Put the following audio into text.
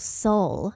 soul